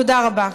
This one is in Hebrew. תודה רבה.